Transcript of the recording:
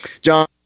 John